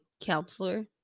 counselor